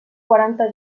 quaranta